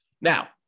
now